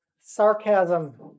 Sarcasm